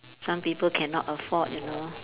some people cannot afford you know